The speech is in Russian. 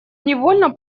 невольно